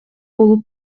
болуп